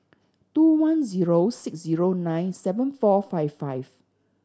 two one zero six zero nine seven four five five